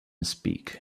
speak